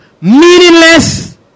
meaningless